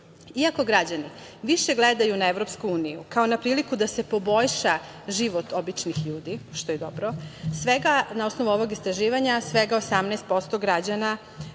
građani više gledaju na EU kao na priliku da se poboljša život običnih ljudi, što je dobro, svega, na osnovu ovog istraživanja, 18% građana